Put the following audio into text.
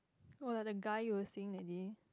what other guy you were seeing that day